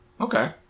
Okay